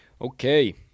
okay